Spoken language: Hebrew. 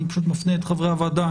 אני מפנה את חברי הוועדה.